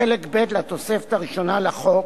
בחלק ב' לתוספת הראשונה לחוק,